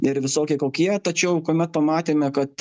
ir visokie kokie tačiau kuomet pamatėme kad